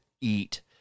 eat